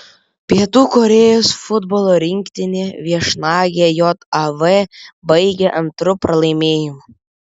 pietų korėjos futbolo rinktinė viešnagę jav baigė antru pralaimėjimu